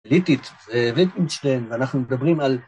ליטית ואינשטיין ואנחנו מדברים על